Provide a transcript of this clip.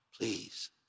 Please